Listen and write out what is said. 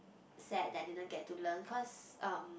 sad that I didn't get to learn cause um